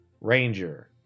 ranger